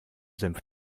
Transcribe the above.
senf